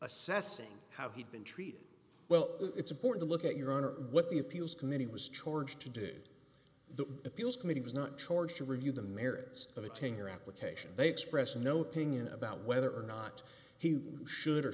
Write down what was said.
assessing how he'd been treated well it's important to look at your honor what the appeals committee was charged to do the appeals committee was not charged to review the merits of a ten year application they express noting in about whether or not he should or